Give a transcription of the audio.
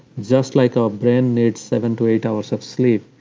just like our brain needs seven to eight hours of sleep,